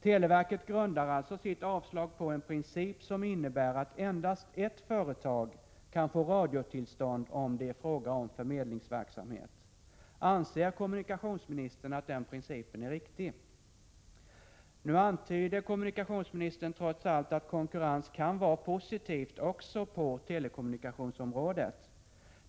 Televerket grundar alltså sitt avslag på en princip som innebär att endast ett företag kan få radiotillstånd om det är fråga om förmedlingsverksamhet. Anser kommunikationsministern att den principen är riktig? Nu antyder kommunikationsministern trots allt att konkurrens kan vara någonting positivt också på telekommunikationsområdet.